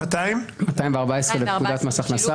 214 לפקודת מס הכנסה.